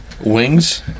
Wings